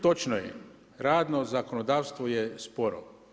Točno je, radno zakonodavstvo je sporo.